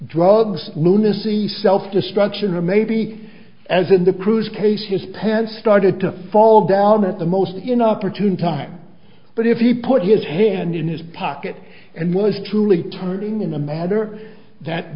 drugs lunacy self destruction or maybe as in the cruise case his parents started to fall down at the most inopportune time but if he put his hand in his pocket and was truly turning in a manner that